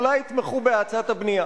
אולי יתמכו בהאצת הבנייה,